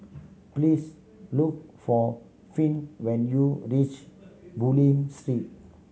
please look for Finn when you reach Bulim Street